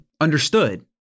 understood